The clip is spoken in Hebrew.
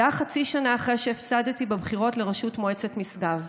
זה היה חצי שנה אחרי שהפסדתי בבחירות לראשות מועצת משגב,